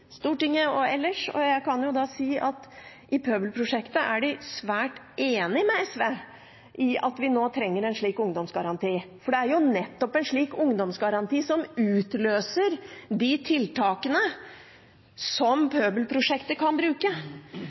Pøbelprosjektet er de svært enig med SV i at vi nå trenger en slik ungdomsgaranti. For det er nettopp en slik ungdomsgaranti som utløser de tiltakene som Pøbelprosjektet kan bruke.